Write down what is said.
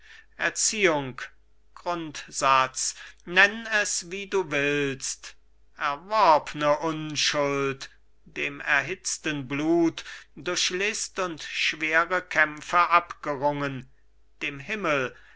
erziehung grundsatz nenn es wie du willst erworbne unschuld dem erhitzten blut durch list und schwere kämpfe abgerungen dem himmel